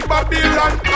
Babylon